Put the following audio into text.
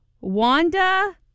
Wanda